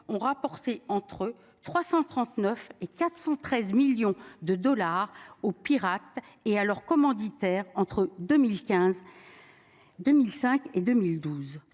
ont rapporté entre 339 et 413 millions de dollars aux pirates et à leur commanditaire entre 2015. 2005 et 2012.